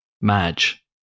Madge